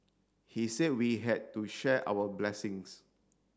he said we had to share our blessings